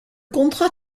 contrat